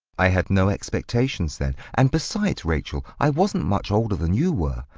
i had no expectations then. and besides, rachel, i wasn't much older than you were.